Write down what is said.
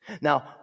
Now